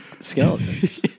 skeletons